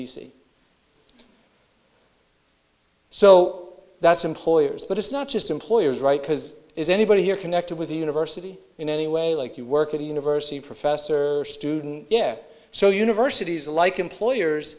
c so that's employers but it's not just employers right because is anybody here connected with the university in any way like you work at a university professor student yeah so universities like employers